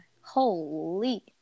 holy